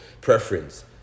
preference